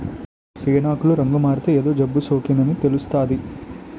సేను ఆకులు రంగుమారితే ఏదో జబ్బుసోకిందని తెలుస్తాది